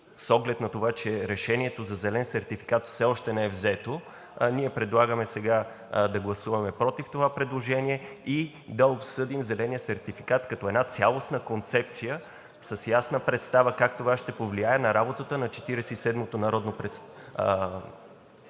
с оглед на това, че решението за зелен сертификат все още не е взето, ние предлагаме сега да гласуваме „против“ това предложение и да обсъдим зеления сертификат като една цялостна концепция с ясна представа как това ще повлияе на работата на Четиридесет